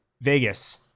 Vegas